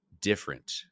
different